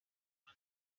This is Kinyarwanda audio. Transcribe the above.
ngo